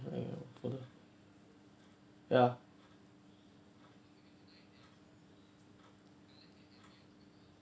wait for the ya